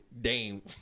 Dame